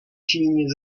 silnie